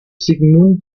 sigmund